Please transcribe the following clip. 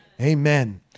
Amen